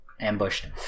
ambushed